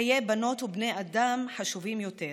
חיי בנות ובני אדם חשובים יותר.